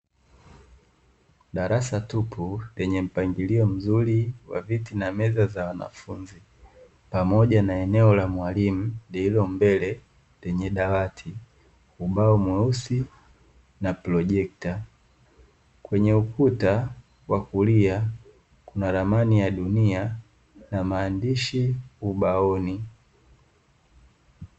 Darasa tupu lenye mpangilio mzuri wa meza za wanafunzi, pamoja na eneo la mwalimu lililo mbele lenye dawati, ubao mweusi na projekta. Kwenye ukuta wa kulia kuna ramani ya dunia na maandishi ubaoni.